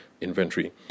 inventory